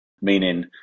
meaning